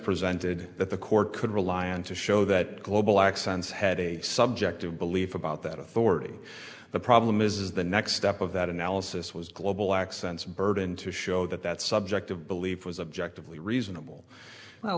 presented that the court could rely on to show that global accents had a subjective belief about that authority the problem is the next step of that analysis was global accent's burden to show that that subjective belief was objective lee reasonable